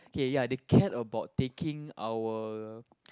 ya they cared about taking our